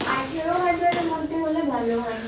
আঠেরো হাজারের মধ্যে হলে ভালো হয়